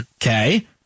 Okay